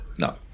No